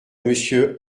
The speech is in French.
monsieur